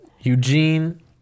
Eugene